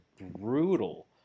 brutal